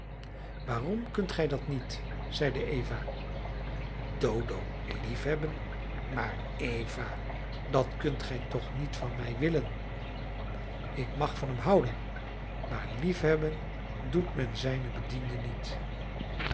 waarom kunt gij dat niet zeide eva dodo liefhebben maar eva dat kunt gij toch niet van mij willen ik mag van hem houden maar liefhebben doet men zijne bedienden niet